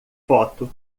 foto